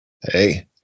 Hey